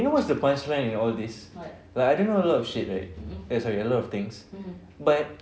you know what's the punch line in all these like I don't know a lot of shit right eh sorry a lot of things but